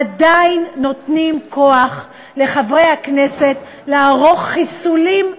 עדיין נותנים כוח לחברי כנסת לערוך חיסולים פוליטיים,